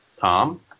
Tom